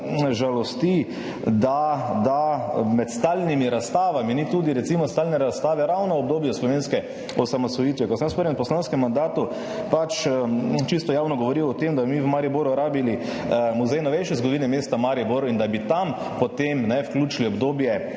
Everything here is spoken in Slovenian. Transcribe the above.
žalosti, da med stalnimi razstavami ni tudi recimo stalne razstave ravno o obdobju slovenske osamosvojitve. Ko sem jaz v prvem poslanskem mandatu čisto javno govoril o tem, da bi mi v Mariboru rabili muzej novejše zgodovine mesta Maribor in da bi tja potem vključili obdobje